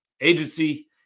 agency